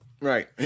right